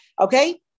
okay